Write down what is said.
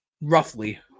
roughly